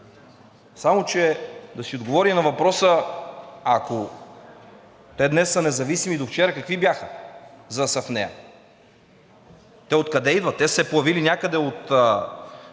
Само че да си отговорим на въпроса: ако те днес са независими, довчера какви бяха, за да са в нея? Те откъде идват? Те са се появили някъде от